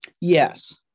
Yes